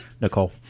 Nicole